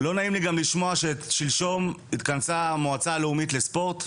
לא נעים לי גם לשמוע ששלשום התכנסה המועצה הלאומית לספורט,